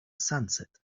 sunset